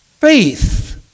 faith